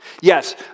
Yes